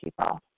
people